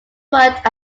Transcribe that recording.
worked